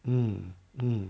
mm